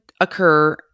occur